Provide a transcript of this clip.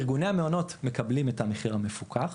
ארגוני המעונות מקבלים את המחיר המפוקח,